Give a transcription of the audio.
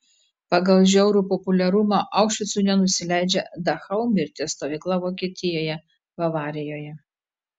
pagal žiaurų populiarumą aušvicui nenusileidžia dachau mirties stovykla vokietijoje bavarijoje